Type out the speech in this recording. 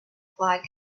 flag